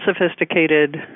Unsophisticated